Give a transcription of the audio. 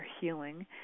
healing